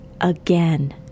again